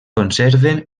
conserven